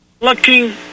Looking